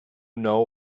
know